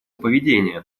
поведения